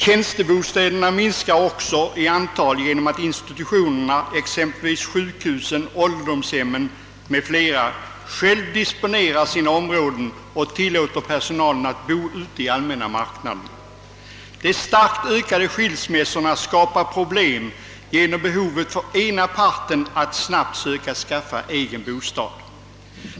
Tjänstebostäderna minskar också i antal genom att institutionerna, exempelvis sjukhus, ålderdomshem m.fl., använder sina byggnader för verksamheten som sådan och tillåter personalen att bo ute i samhället. De starkt ökade skilsmässorna skapar problem genom behovet för ena parten att snabbt söka skaffa sig egen bostad.